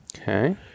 Okay